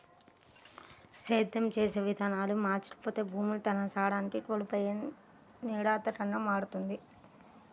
సేద్యం చేసే విధానాలు మారకపోతే భూమి తన సారాన్ని కోల్పోయి నిరర్థకంగా మారుతుంది